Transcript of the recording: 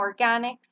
organics